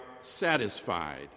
satisfied